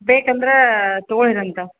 ಬೇಕಂದ್ರೆ ತಗೊಳ್ಳಿರಂತ